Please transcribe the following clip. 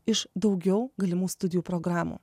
iš daugiau galimų studijų programų